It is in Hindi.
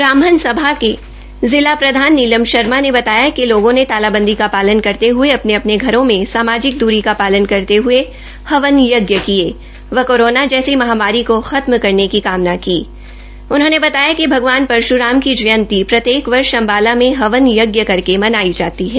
ब्राह्मण सभा की जिला प्रधान नीलम शर्मा ने बताया कि लोगों ने तालाबंदी का पालन करते हुए अपने अपने घरो में सामाजिक दूरी का पालन करते हुए हवन यज्ञ किए व कोरोना जैसी महामारी को खत्म करने की कामना की उन्होंने बताया कि भगवान परश्राम की जयंती प्रत्येक वर्ष अम्बाला में हवन यज्ञ करके मनाई जाती है